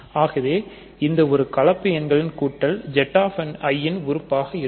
அந்த இரு கலப்பு எண்களின் கூட்டல் Z i இன் உறுப்பாக இருக்கும்